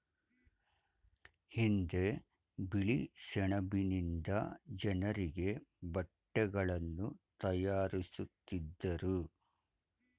ಹಿಂದೆ ಬಿಳಿ ಸೆಣಬಿನಿಂದ ಜನರಿಗೆ ಬಟ್ಟೆಗಳನ್ನು ತಯಾರಿಸುತ್ತಿದ್ದರು